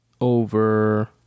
over